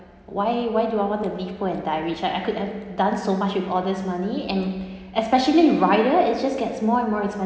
why why do I want to live poor and die rich I I could have done so much with all this money and especially rider it just gets more and more expensive